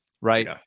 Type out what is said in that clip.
right